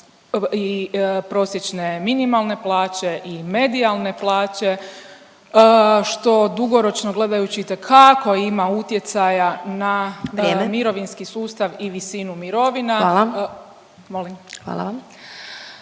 i prosječne minimalne plaće i medijalne plaće što dugoročno gledajući itekako ima utjecaja na … …/Upadica Glasovac: